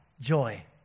Joy